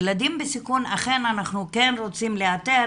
ילדים בסיכון, אכן אנחנו כן רוצים לאתר.